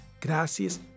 Gracias